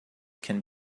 can